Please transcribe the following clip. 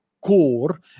core